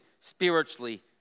spiritually